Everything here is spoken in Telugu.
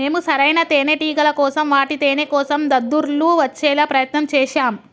మేము సరైన తేనేటిగల కోసం వాటి తేనేకోసం దద్దుర్లు వచ్చేలా ప్రయత్నం చేశాం